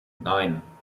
nein